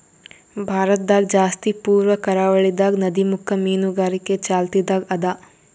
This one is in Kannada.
ಭಾರತದಾಗ್ ಜಾಸ್ತಿ ಪೂರ್ವ ಕರಾವಳಿದಾಗ್ ನದಿಮುಖ ಮೀನುಗಾರಿಕೆ ಚಾಲ್ತಿದಾಗ್ ಅದಾ